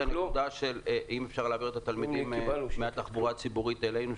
אם אפשר להעביר את התלמידים מהתחבורה הציבורית אלינו,